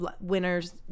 winners